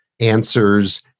answers